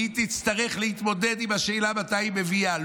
היא תצטרך להתמודד עם השאלה מתי היא מביאה.